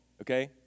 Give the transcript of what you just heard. okay